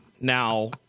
Now